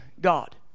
God